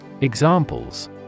Examples